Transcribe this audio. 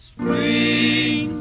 Spring